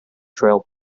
trail